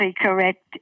correct